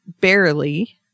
barely